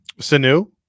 Sanu